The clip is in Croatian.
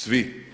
Svi.